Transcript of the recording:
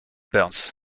burns